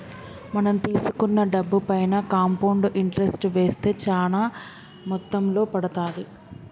మనం తీసుకున్న డబ్బుపైన కాంపౌండ్ ఇంటరెస్ట్ వేస్తే చానా మొత్తంలో పడతాది